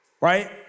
right